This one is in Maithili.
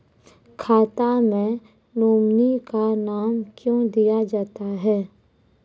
खाता मे नोमिनी का नाम क्यो दिया जाता हैं?